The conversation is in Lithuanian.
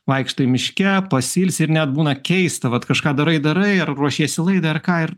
vaikštai miške pasilsi ir nebūna keista vat kažką darai darai ar ruošiesi laidą ar ką ir